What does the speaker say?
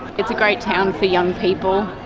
it's a great town for young people,